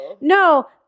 No